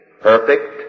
perfect